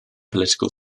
political